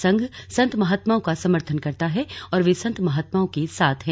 संघ संत महात्माओं का समर्थन करता है और वे संत महात्माओं के साथ हैं